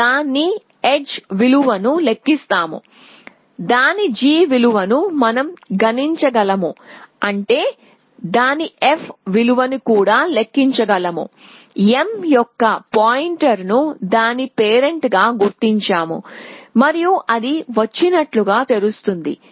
మేము దాని ఎడ్జ్ విలువను లెక్కిస్తాము దాని g విలువను మనం గణించగలము అంటే దాని f విలువను కూడా లెక్కించగలము m యొక్క పాయింటర్ను దాని పేరెంట్గా గుర్తించాము మరియు అది వచ్చినట్లు తెరుస్తుంది